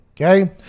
okay